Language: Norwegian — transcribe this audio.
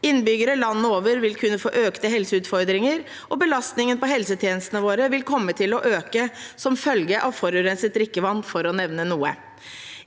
innbyggere landet over vil kunne få økte helseutfordringer, og belastningen på helsetjenestene våre vil komme til å øke som følge av forurenset drikkevann, for å nevne noe.